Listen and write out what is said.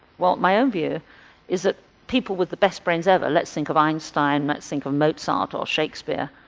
well my own view is that people with the best brains ever, let's think of einstein, let's think of mozart, or shakespeare,